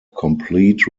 complete